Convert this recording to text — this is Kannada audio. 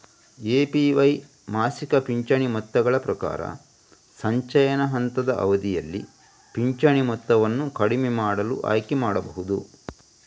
ಎ.ಪಿ.ವೈ ಮಾಸಿಕ ಪಿಂಚಣಿ ಮೊತ್ತಗಳ ಪ್ರಕಾರ, ಸಂಚಯನ ಹಂತದ ಅವಧಿಯಲ್ಲಿ ಪಿಂಚಣಿ ಮೊತ್ತವನ್ನು ಕಡಿಮೆ ಮಾಡಲು ಆಯ್ಕೆ ಮಾಡಬಹುದು